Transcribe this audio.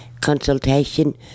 consultation